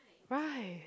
right